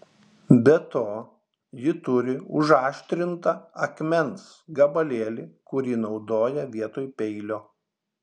be to ji turi užaštrintą akmens gabalėlį kurį naudoja vietoj peilio